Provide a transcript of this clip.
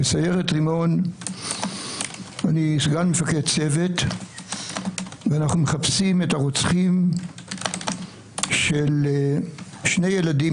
שם אני סגן מפקד צוות ואנו מחפשים את הרוצחים של שני ילדים,